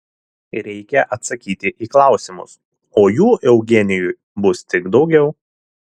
reikia atsakyti į klausimus o jų eugenijui bus tik daugiau